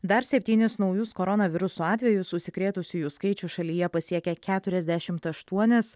dar septynis naujus koronaviruso atvejus užsikrėtusiųjų skaičius šalyje pasiekė keturiasdešimt aštuonis